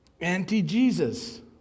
anti-Jesus